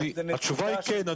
התשובה היא כן.